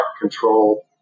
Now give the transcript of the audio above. control